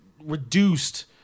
reduced